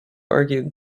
argued